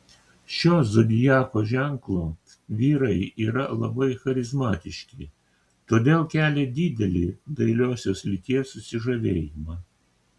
šio zodiako ženklo vyrai yra labai charizmatiški todėl kelia didelį dailiosios lyties susižavėjimą